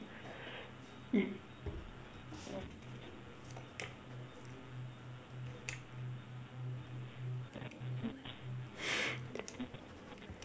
mm